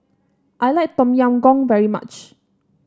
I like Tom Yam Goong very much